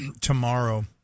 tomorrow